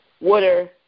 water